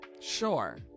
sure